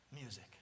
music